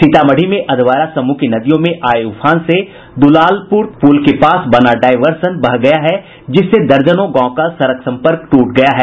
सीतामढ़ी में अधवारा समूह की नदियों में आये उफान से दूलालपूर पूल के पास बना डायवर्सन बह गया है जिससे दर्जनों गांव का सड़क सम्पर्क ट्रट गया है